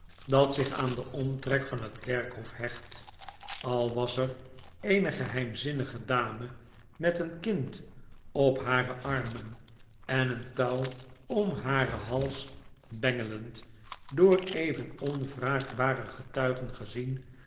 dat zich aan den omtrek van het kerkhof hecht al was er eene geheimzinnige dame met een kind op hare armen en een touw om haren hals bengelend door even onwraakbare getuigen gezien